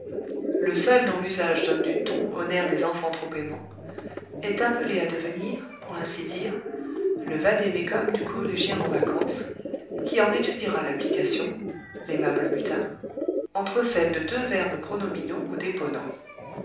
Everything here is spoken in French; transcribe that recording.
le seul dont l'usage donne du ton aux nerfs des enfants trop aimants est appelé à devenir pour ainsi dire le vade mecum du collégien en vacances qui en étudiera l'application l'aimable mutin entre celle de deux verbes pronominaux ou déponents